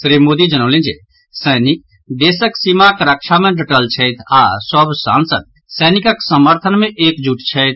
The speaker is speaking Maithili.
श्री मोदी जनौलनि जे सैनिक देशक सीमाक रक्षा मे डटल छथि आओर सभ सांसद सैनिकक समर्थन मे एकजुट छथि